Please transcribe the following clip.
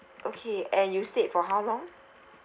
okay and you stayed for how long